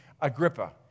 Agrippa